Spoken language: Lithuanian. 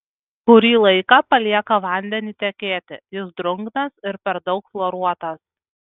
kurį laiką palieka vandenį tekėti jis drungnas ir per daug chloruotas